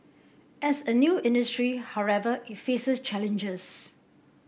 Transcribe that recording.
as a new industry however it faces challenges